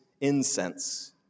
incense